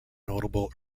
notable